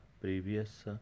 previous